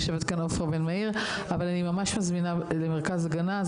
יושבת כאן עפרה בן מאיר אבל אני ממש מזמינה למרכז הגנה.